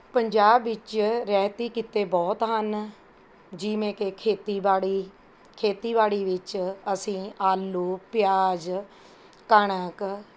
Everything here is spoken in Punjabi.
ਪੰਜਾਬ ਵਿੱਚ ਰਿਆਇਤੀ ਕਿੱਤੇ ਬਹੁਤ ਹਨ ਜਿਵੇਂ ਕਿ ਖੇਤੀਬਾੜੀ ਖੇਤੀਬਾੜੀ ਵਿੱਚ ਅਸੀਂ ਆਲੂ ਪਿਆਜ ਕਣਕ